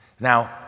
Now